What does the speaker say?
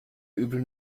übel